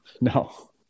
No